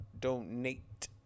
donate